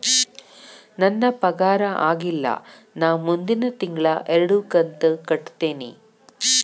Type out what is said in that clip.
ನನ್ನ ಪಗಾರ ಆಗಿಲ್ಲ ನಾ ಮುಂದಿನ ತಿಂಗಳ ಎರಡು ಕಂತ್ ಕಟ್ಟತೇನಿ